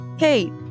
Hey